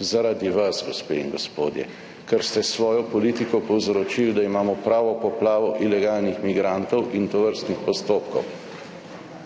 zaradi vas, gospe in gospodje, ker ste s svojo politiko povzročili, da imamo pravo poplavo ilegalnih migrantov in tovrstnih postopkov.